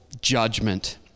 judgment